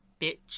bitch